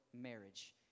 marriage